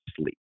sleep